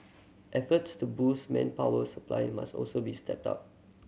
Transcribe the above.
efforts to boost manpower supply must also be stepped up